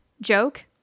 joke